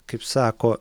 kaip sako